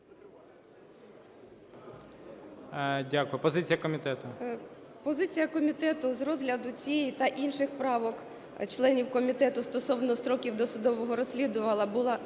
Дякую. Позиція комітету.